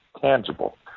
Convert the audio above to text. tangible